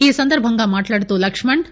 ఈ సందర్బంగా మాట్లాడుతూ లక్కుణ్